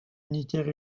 unitaire